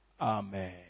Amen